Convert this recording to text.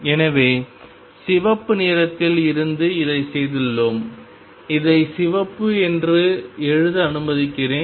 எனவே சிவப்பு நிறத்தில் இருந்து இதைச் செய்துள்ளோம் இதை சிவப்பு என்று எழுத அனுமதிக்கிறேன்